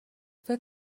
فکر